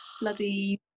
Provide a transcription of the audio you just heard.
bloody